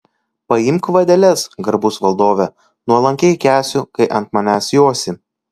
paimk vadeles garbus valdove nuolankiai kęsiu kai ant manęs josi